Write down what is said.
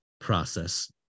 process